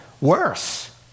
worse